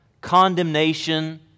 condemnation